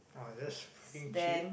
wow that's freaking cheap